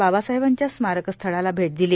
बाबासाहेबांच्या स्मारकस्थळाला भेट दिली